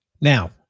Now